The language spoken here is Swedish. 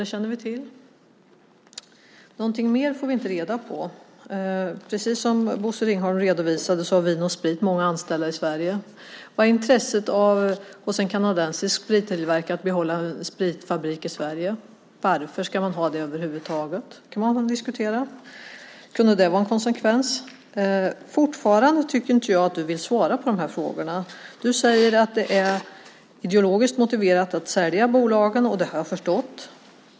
Det känner vi alltså till, men någonting mer får vi inte reda på. Precis som Bosse Ringholm redovisade har Vin & Sprit många anställda i Sverige. Vilket intresse har en kanadensisk sprittillverkare av att behålla en spritfabrik i Sverige? Varför ska man över huvud taget ha det? Det kan man diskutera. Kunde det vara en konsekvens? Fortfarande tycker jag att du inte vill svara på de här frågorna. Du säger att det är ideologiskt motiverat att sälja bolagen. Det har jag förstått.